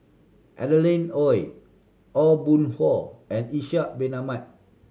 Adeline Ooi Aw Boon Haw and Ishak Bin Ahmad